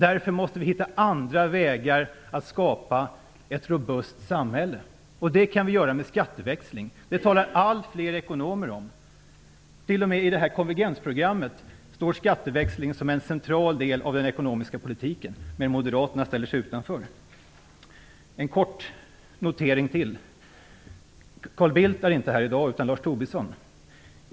Därför måste vi hitta andra vägar att skapa ett robust samhälle. Det kan vi göra med skatteväxling. Det talar allt fler ekonomer om. T.o.m. i konvergensprogrammet är skatteväxlingen en central del av den ekonomiska politiken, men Moderaterna ställer sig utanför. En kort notering till. Carl Bildt är inte här i dag, utan Lars Tobisson är här.